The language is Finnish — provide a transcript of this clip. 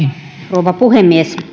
rouva puhemies